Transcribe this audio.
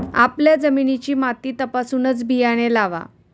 आपल्या जमिनीची माती तपासूनच बियाणे लावा